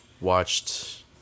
watched